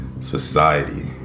society